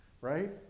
Right